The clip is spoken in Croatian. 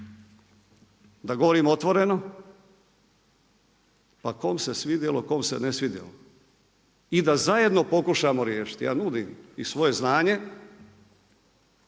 da govorim otvoreno, pa kome se svidjelo, kome se ne svidjelo i da zajedno pokušamo riješiti. Ja nudim i svoje znanje